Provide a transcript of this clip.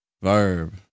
verb